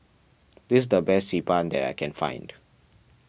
this the best Xi Ban that I can find